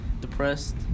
depressed